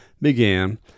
began